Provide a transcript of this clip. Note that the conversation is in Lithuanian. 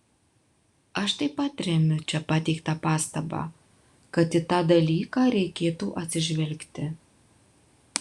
aš taip pat remiu čia pateiktą pastabą kad į tą dalyką reikėtų atsižvelgti